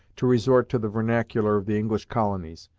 to resort to the vernacular of the english colonies.